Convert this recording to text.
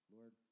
Lord